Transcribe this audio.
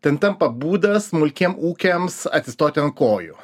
ten tampa būdas smulkiem ūkiams atsistoti ant kojų